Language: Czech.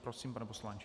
Prosím, pane poslanče.